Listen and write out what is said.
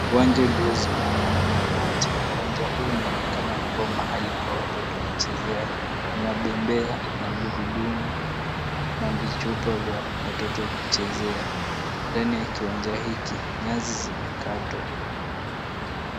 Uwanja uliozungukwa na mabati. Uwanja huu unaonekana kuwa mahali pa watoto kuchezea. Kuna bembea, magurudumu na vichupa vya watoto kuchezea. Ndani ya kiwanja hiki nyasi zimekatwa.